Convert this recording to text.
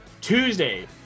Tuesday